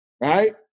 right